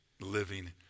living